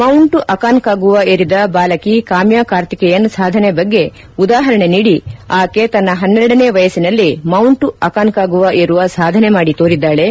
Mount Aconcagua ಏರಿದ ಬಾಲಕಿ ಕಾಮ್ನಾ ಕಾರ್ತಿಕೇಯನ್ ಸಾಧನೆ ಬಗ್ಗೆ ಉದಾಹರಣೆ ನೀಡಿ ಆಕೆ ತನ್ನ ಹನ್ನೆರಡನೇ ವಯಸ್ಸಿನಲ್ಲೇ ಮೌಂಟ್ ಅಕಾನ್ಯಾಗುವಾ ಏರುವ ಸಾಧನೆ ಮಾದಿ ತೋರಿದ್ದಾಳೆ